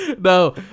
No